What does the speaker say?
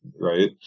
right